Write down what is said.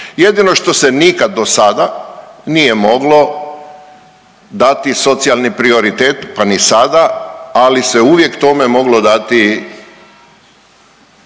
Jedino što se nikad do sada nije moglo dati socijalni prioritet pa ni sada, ali se uvijek tome moglo dati